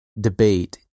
debate